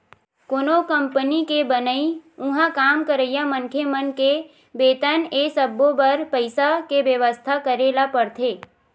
कोनो कंपनी के बनई, उहाँ काम करइया मनखे मन के बेतन ए सब्बो बर पइसा के बेवस्था करे ल परथे